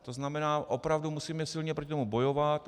To znamená, opravdu musíme silně proti tomu bojovat.